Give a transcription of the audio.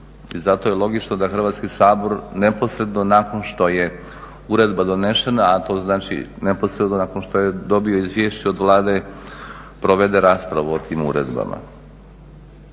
zato je logično da Hrvatski sabor neposredno nakon što je uredba donesena, a to znači neposredno nakon što je dobio izvješće od Vlade provede raspravu o tim uredbama.